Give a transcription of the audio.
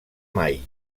mai